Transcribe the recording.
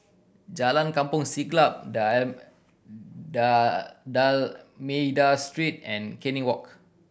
Jalan Kampong Siglap D'Almeida Street and Canning Walk